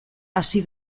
hasi